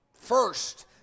First